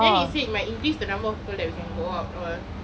then he said might increase the number of people that we can go out all